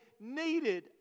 needed